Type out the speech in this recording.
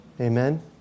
Amen